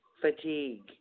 FATIGUE